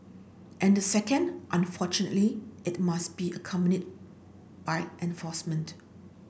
and the second unfortunately it must be accompanied by enforcement